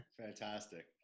Fantastic